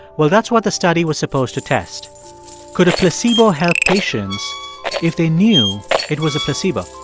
well, that's what the study was supposed to test could a placebo help patients if they knew it was a placebo?